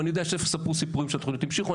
אני יודע שיספרו סיפורים ויגידו שהתוכניות המשיכו,